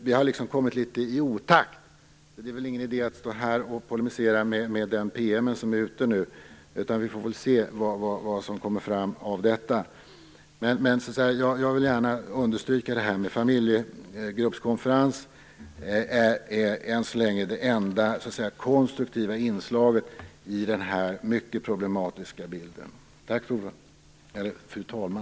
Vi har kommit litet i otakt. Det är ingen idé att stå här och polemisera med anledning av denna PM, utan vi får se vad som kommer ut av detta. Men jag vill gärna understryka att detta med familjegruppskonferens än så länge är det enda konstruktiva inslaget i denna mycket problematiska bild. Tack, fru talman.